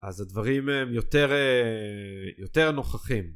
אז הדברים הם יותר אה, יותר נוכחים